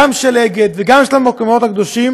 גם של "אגד" וגם של המקומות הקדושים.